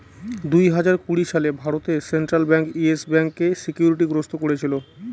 দুই হাজার কুড়ি সালে ভারতে সেন্ট্রাল ব্যাঙ্ক ইয়েস ব্যাঙ্কে সিকিউরিটি গ্রস্ত করেছিল